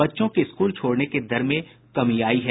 बच्चों के स्कूल छोड़ने के दर में कमी आई है